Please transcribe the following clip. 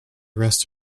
rest